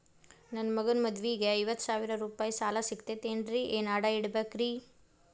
ನನ್ನ ಮಗನ ಮದುವಿಗೆ ಐವತ್ತು ಸಾವಿರ ರೂಪಾಯಿ ಸಾಲ ಸಿಗತೈತೇನ್ರೇ ಏನ್ ಅಡ ಇಡಬೇಕ್ರಿ?